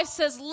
says